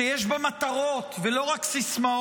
שיש בה מטרות ולא רק סיסמאות,